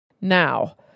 Now